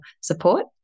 support